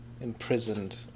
imprisoned